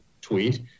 tweet